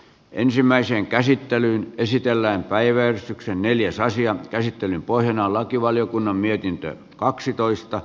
ensimmäiseen käsittelyyn esitellään päiväystyksen neljäs asian käsittelyn pohjana on lakivaliokunnan mietintö